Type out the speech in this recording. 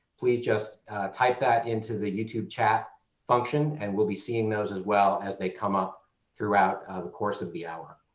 please just type that into the youtube chat function and we'll be seeing those as well as they come up throughout the course of the hour.